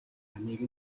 амийг